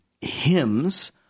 hymns